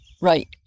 Right